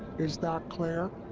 is that clear?